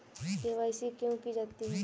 KYC क्यों की जाती है?